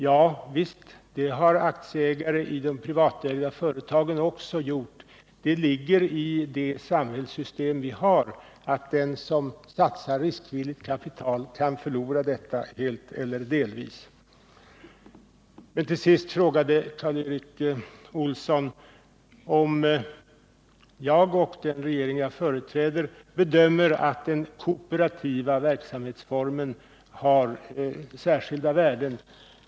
Ja, det har aktieägare i privatägda företag också gjort. Det ligger i det samhällssystem vi har att den som satsar riskvilligt kapital kan förlora detta helt eller delvis. Till sist frågade Karl Erik Olsson om jag och den regering jag företräder bedömer att den kooperativa verksamhetsformen har särskilda värden.